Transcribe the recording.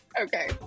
Okay